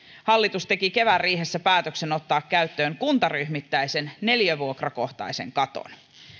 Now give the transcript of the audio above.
hallitus teki kevään riihessä päätöksen ottaa käyttöön kuntaryhmittäisen neliövuokrakohtaisen katon